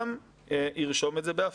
גם ירשום את זה באפיק?